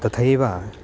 तथैव